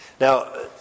Now